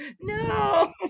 No